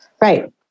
Right